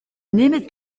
nemet